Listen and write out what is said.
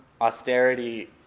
austerity